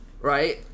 right